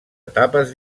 etapes